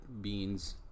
beans